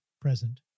present